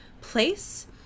place